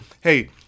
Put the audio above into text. Hey